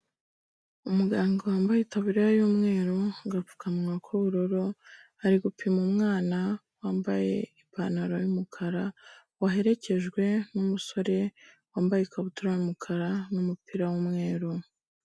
Umuganga wambaye itaburiya y'umweru, agapfukamunwa k'ubururu, ari gupima umwana wambaye ipantaro y'umukara waherekejwe n'umusore wambaye ikabutura y'umukara n'umupira w'umweru.